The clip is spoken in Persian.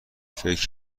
فکر